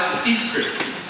secrecy